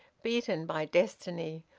beaten by destiny,